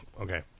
Okay